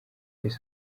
prof